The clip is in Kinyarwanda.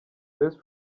best